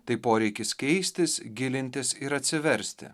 tai poreikis keistis gilintis ir atsiversti